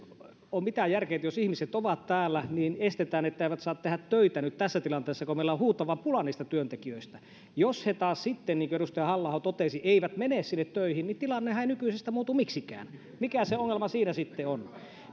ole mitään järkeä että jos ihmiset ovat täällä niin estetään se että he saavat tehdä töitä nyt tässä tilanteessa kun meillä on huutava pula niistä työntekijöistä jos he taas sitten niin kuin edustaja halla aho totesi eivät mene sinne töihin niin tilannehan ei nykyisestä muutu miksikään mikä se ongelma siinä sitten on